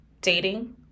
dating